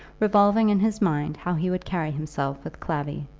revolving in his mind how he would carry himself with clavvy.